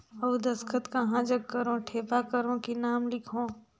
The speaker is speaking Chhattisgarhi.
अउ दस्खत कहा जग करो ठेपा करो कि नाम लिखो?